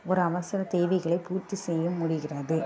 ஒரு அவசர தேவைகளை பூர்த்தி செய்ய முடிகிறது